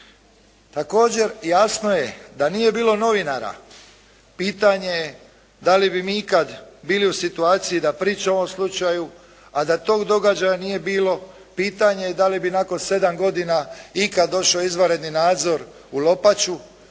Također jasno je da nije bilo novinara pitanje da li bi mi ikad bili u situaciji da priča o ovom slučaju, a da tog događaja nije bilo pitanje je da li bi nakon 7 godina ikad došao izvanredni nadzor u "Lopaču",